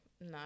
no